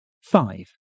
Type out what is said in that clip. Five